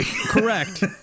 Correct